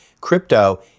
crypto